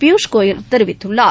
பியூஷ்கோயல் தெரிவித்துள்ளார்